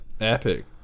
epic